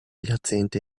jahrzehnte